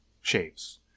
shapes